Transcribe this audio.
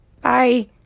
Bye